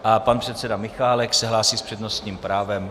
A pan předseda Michálek se hlásí s přednostním právem.